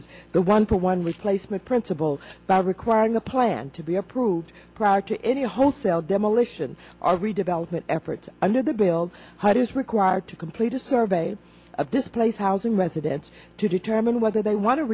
is the one for one replacement principle by requiring a plan to be approved prior to any wholesale demolition are redevelopment efforts under the bill hart is required to complete a survey of displaced housing residents to determine whether they want to